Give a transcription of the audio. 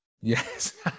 Yes